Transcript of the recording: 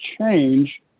change